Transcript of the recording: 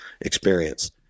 experience